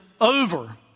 over